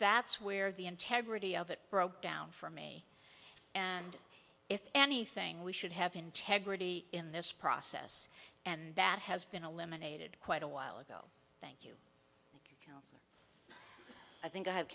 that's where the integrity of it broke down for me and if anything we should have integrity in this process and that has been eliminated quite a while ago the i think i ha